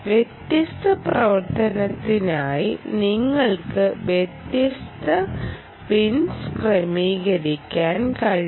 വ്യത്യസ്ത പ്രവർത്തനത്തിനായി നിങ്ങൾക്ക് വ്യത്യസ്ത പിൻസ് ക്രമീകരിക്കാൻ കഴിയും